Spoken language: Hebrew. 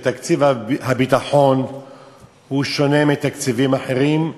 שתקציב הביטחון שונה מתקציבים אחרים,